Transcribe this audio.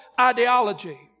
ideology